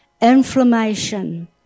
inflammation